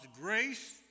grace